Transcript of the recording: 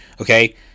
okay